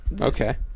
Okay